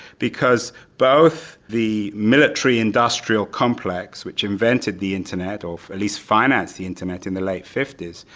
because both the military-industrial-complex, which invented the internet, or at least financed the internet in the late fifty s,